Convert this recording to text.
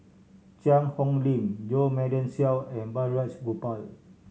Cheang Hong Lim Jo Marion Seow and Balraj Gopal